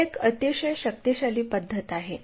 ही एक अतिशय शक्तिशाली पद्धत आहे